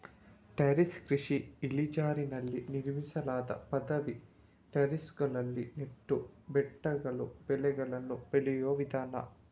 terrace ಕೃಷಿ ಇಳಿಜಾರಿನಲ್ಲಿ ನಿರ್ಮಿಸಲಾದ ಪದವಿ ಟೆರೇಸುಗಳಲ್ಲಿ ನೆಟ್ಟು ಬೆಟ್ಟಗಳು ಬೆಳೆಗಳನ್ನು ಬೆಳೆಯುವ ವಿಧಾನ